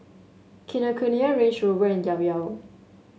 Kinokuniya Range Rover and Llao Llao